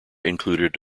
included